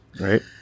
right